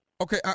Okay